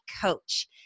coach